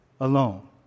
alone